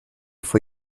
for